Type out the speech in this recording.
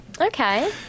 Okay